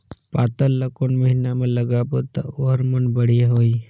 पातल ला कोन महीना मा लगाबो ता ओहार मान बेडिया होही?